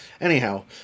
Anyhow